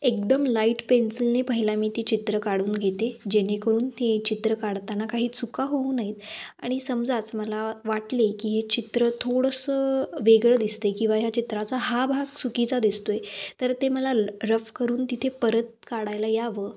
एकदम लाईट पेन्सिलने पहिला मी ती चित्र काढून घेते जेणेकरून ते चित्र काढताना काही चुका होऊ नयेत आणि समजाच मला वाटले की हे चित्र थोडंसं वेगळं दिसते किंवा ह्या चित्राचा हा भाग चुकीचा दिसतो आहे तर ते मला रफ करून तिथे परत काढायला यावं